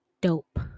Dope